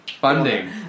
Funding